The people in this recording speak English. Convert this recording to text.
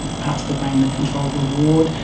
parts of the brain that control reward,